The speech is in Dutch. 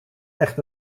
echt